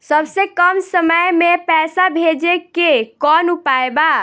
सबसे कम समय मे पैसा भेजे के कौन उपाय बा?